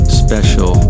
special